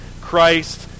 Christ